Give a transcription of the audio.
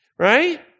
Right